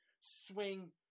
swing